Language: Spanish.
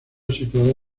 situado